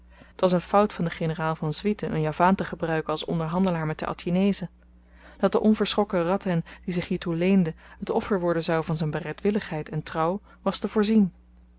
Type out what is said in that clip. t was n fout van den generaal van swieten n javaan te gebruiken als onderhandelaar met de atjinezen dat de onverschrokken radhen die zich hiertoe leende t offer worden zou van z'n bereidwilligheid en trouw was te voorzien